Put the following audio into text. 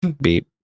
Beep